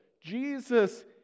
Jesus